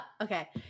okay